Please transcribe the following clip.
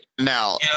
now